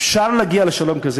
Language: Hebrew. אפשר להגיע לשלום כזה,